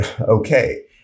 okay